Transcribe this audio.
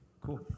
Cool